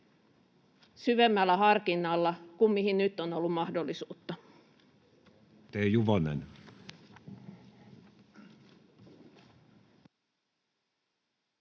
syvemmällä harkinnalla kuin mihin nyt on ollut mahdollisuutta.